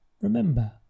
Remember